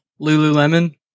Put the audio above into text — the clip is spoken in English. Lululemon